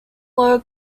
low